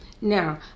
Now